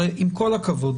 הרי עם כל הכבוד,